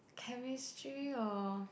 chemistry or